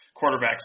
quarterbacks